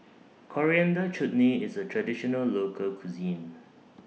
Coriander Chutney IS A Traditional Local Cuisine